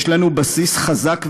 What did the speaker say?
יש לנו בסיס חזק וראוי: